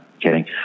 kidding